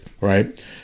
right